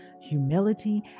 humility